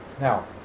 Now